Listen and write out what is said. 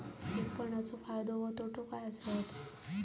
विपणाचो फायदो व तोटो काय आसत?